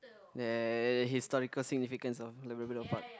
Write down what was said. ya the historical significance of Labrador-Park